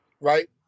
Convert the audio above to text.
Right